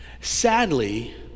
Sadly